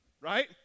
right